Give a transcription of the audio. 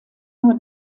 nur